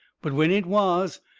but when it was,